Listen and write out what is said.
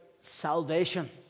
salvation